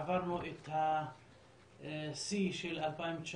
עברנו את השיא של 2019,